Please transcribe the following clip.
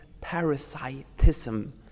parasitism